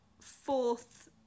fourth